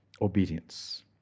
Obedience